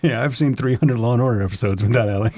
yeah i've seen three hundred law and order episodes with that alley!